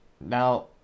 Now